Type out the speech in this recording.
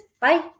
Bye